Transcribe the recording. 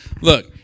Look